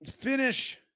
finish